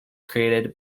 created